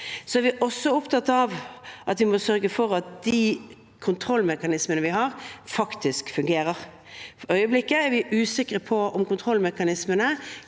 Vi er også opptatt av å sørge for at de kontrollmekanismene vi har, faktisk fungerer. For øyeblikket er vi usikre på om kontrollmekanismene